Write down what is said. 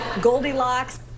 Goldilocks